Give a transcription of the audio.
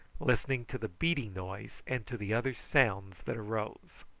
listening to the beating noise and to the other sounds that arose.